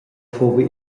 fuva